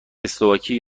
اسلواکی